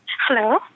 Hello